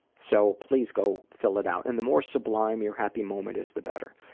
so please go fill it out. and the more sublime your happy moment is, the better.